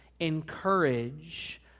encourage